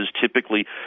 Typically